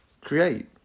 create